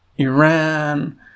Iran